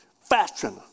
fashion